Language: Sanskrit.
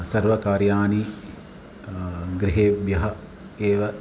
सर्वकार्याणि गृहेभ्यः एव